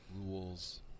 rules